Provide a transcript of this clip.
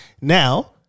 Now